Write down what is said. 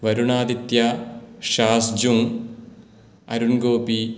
वरुणादित्य शास्जुन् अरुणगोपी